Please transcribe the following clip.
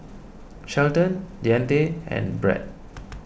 Shelton Deante and Brett